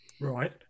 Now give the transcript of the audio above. Right